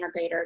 integrator